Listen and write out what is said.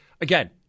again